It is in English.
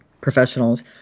professionals